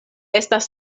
estas